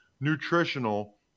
nutritional